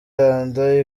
lando